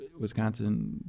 Wisconsin